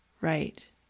right